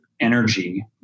energy